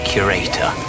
Curator